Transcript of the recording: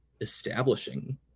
establishing